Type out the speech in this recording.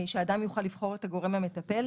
שהאדם יוכל לבחור את הגורם המטפל,